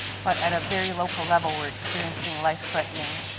but at a very local level we are experiencing life-threatening